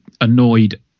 annoyed